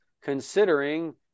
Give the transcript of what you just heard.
considering